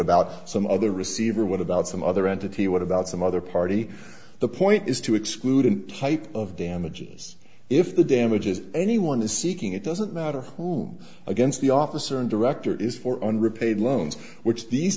about some other receiver what about some other entity what about some other party the point is to exclude an type of damages if the damages anyone is seeking it doesn't matter whom against the officer and director is for on repay loans which these